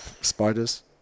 Spiders